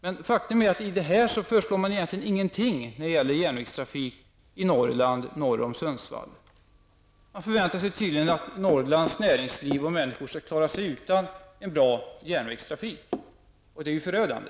Men faktum är att i denna proposition föreslår man egentligen ingenting när det gäller järnvägstrafiken i Norrland norr om Sundsvall. Man förväntar sig tydligen att Norrlands näringsliv och människor skall klara sig utan bra järnvägstrafik. Det är förödande.